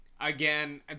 again